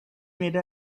made